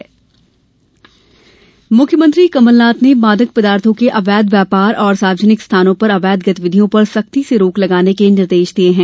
मुख्यमंत्री मुख्यमंत्री कमलनाथ ने मादक पदार्थों के अवैध व्यापार और सार्वजनिक स्थानों पर अवैध गतिविधियों पर सेख्ती से रोक लगाने के निर्देश दिये हैं